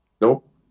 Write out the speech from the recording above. Nope